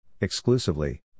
exclusively